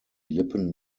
lippen